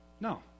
No